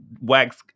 wax